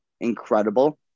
incredible